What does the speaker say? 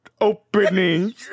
opening